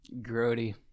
grody